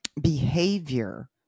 behavior